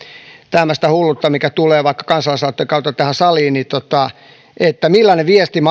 tämmöistä hulluutta mikä tulee vaikka kansalaisaloitteen kautta tähän saliin että on huomioitava millaisen viestin